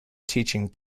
teaching